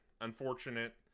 unfortunate